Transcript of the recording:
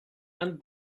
and